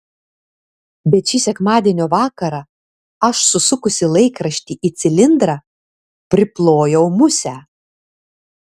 bet šį sekmadienio vakarą aš susukusi laikraštį į cilindrą priplojau musę